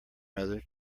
mother